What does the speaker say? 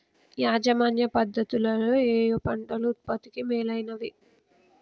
యాజమాన్య పద్ధతు లలో ఏయే పంటలు ఉత్పత్తికి మేలైనవి?